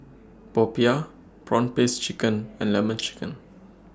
Popiah Prawn Paste Chicken and Lemon Chicken